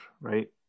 right